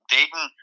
Dayton